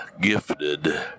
gifted